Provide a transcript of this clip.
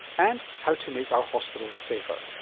and how to make our hospitals safer.